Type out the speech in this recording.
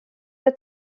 der